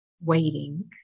waiting